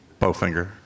Bowfinger